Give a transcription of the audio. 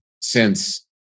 since-